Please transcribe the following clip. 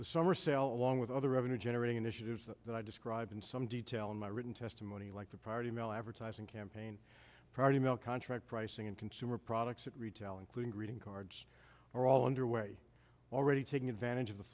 the summer sale along with other revenue generating initiatives that i described in some detail in my written testimony like the priority mail advertising campaign priority mail contract pricing and consumer products at retail including greeting cards are all underway already taking advantage of the